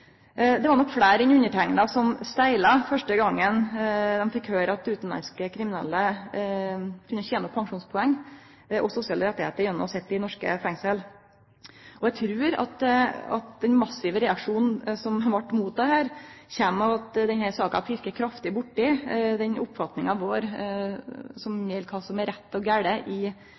Det var nok fleire enn eg som stegla første gongen ein høyrde at utanlandske kriminelle kunne tene pensjonspoeng og sosiale rettar ved å sitje i norske fengsel. Eg trur at den massive reaksjonen som var mot dette, kjem av at denne saka pirkar kraftig borti oppfatninga vår om kva som er rett og galt i